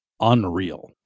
unreal